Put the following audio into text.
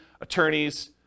attorneys